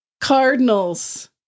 cardinals